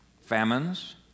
famines